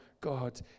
God